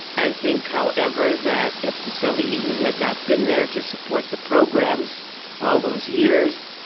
i think however, that if the soviet union had not been there to support the programs all those years,